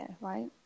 right